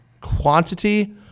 quantity